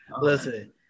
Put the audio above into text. listen